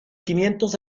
quinientos